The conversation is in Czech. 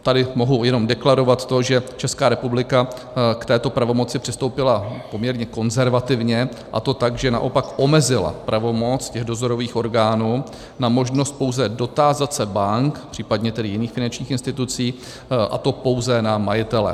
Tady mohu jenom deklarovat to, že Česká republika k této pravomoci přistoupila poměrně konzervativně, a to tak, že naopak omezila pravomoc dozorových orgánů na možnost pouze dotázat se bank, případně jiných finančních institucí, a to pouze na majitele.